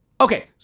Okay